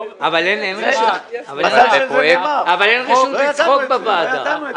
אבל אין רשות לצחוק בוועדה.